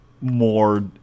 more